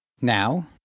Now